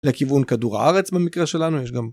לכיוון כדור הארץ במקרה שלנו, יש גם...